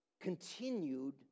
continued